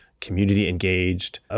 community-engaged